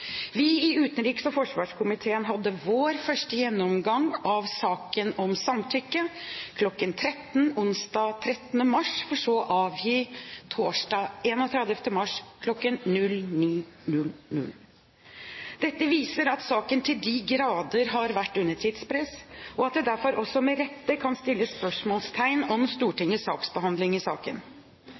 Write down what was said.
Vi i utenriks- og forsvarskomiteen hadde vår første gjennomgang av saken om samtykke kl. 13.00 onsdag den 30. mars, for så å avgi vår innstilling torsdag den 31. mars kl. 9.00. Dette viser at saken til de grader har vært under tidspress, og at det derfor også med rette kan stilles spørsmålstegn ved Stortingets behandling i saken.